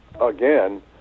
again